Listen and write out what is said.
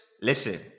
listen